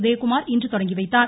உதயகுமார் இன்று தொடங்கிவைத்தார்